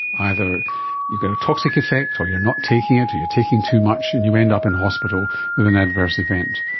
either you get a toxic effect or you're not taking it or you're taking too much and you end up in hospital with an adverse event.